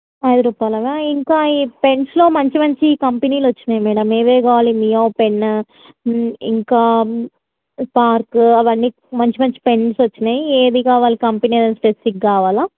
ఐదు రూపాయలవా ఇంకా ఈ పెన్స్లో మంచి మంచి కంపెనీలవి వచ్చాయి మేడం ఏవేవి కావాలి నియో పెన్ను ఇంకా పార్క్ అవన్నీ మంచి మంచి పెన్స్ వచ్చాయి ఏది కావాలి కంపెనీ ఏదైనా స్పెసిఫిక్ కావాలా